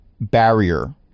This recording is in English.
barrier